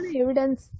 evidence